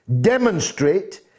demonstrate